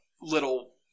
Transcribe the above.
little